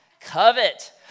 covet